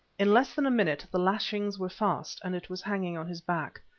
in less than a minute the lashings were fast and it was hanging on his back.